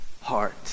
heart